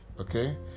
okay